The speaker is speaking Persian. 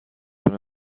چون